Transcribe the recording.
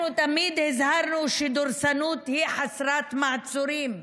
אנחנו תמיד הזהרנו שדורסנות היא חסרת מעצורים,